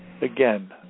again